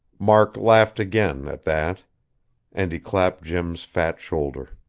mark laughed again, at that and he clapped jim's fat shoulder.